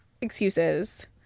excuses